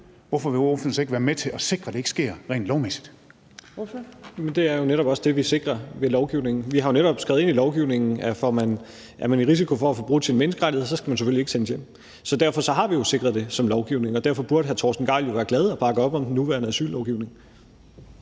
Tredje næstformand (Trine Torp): Ordføreren. Kl. 15:26 Rasmus Stoklund (S): Men det er jo netop også det, vi sikrer i lovgivningen. Vi har netop skrevet ind i lovgivningen, at hvis man er i risiko for at få brudt sine menneskerettigheder, skal man selvfølgelig ikke sendes hjem. Så derfor har vi jo sikret det i lovgivningen, og derfor burde hr. Torsten Gejl være glad og bakke op om den nuværende asyllovgivning.